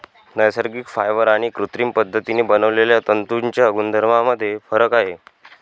नैसर्गिक फायबर आणि कृत्रिम पद्धतीने बनवलेल्या तंतूंच्या गुणधर्मांमध्ये फरक आहे